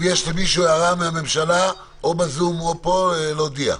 אם יש למישהו מהממשלה הערה או בזום או פה, להודיע.